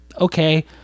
Okay